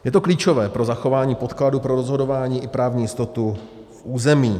Je to klíčové pro zachování podkladů pro rozhodování i právní jistotu území.